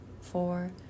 four